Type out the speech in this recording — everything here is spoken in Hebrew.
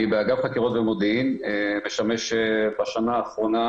באגף חקירות ומודיעין משמש בשנה האחרונה